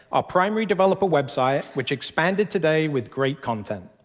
ah primary developer website, which expanded today with great content.